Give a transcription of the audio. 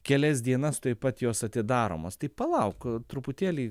kelias dienas tuoj pat jos atidaromos tai palauk truputėlį